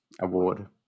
award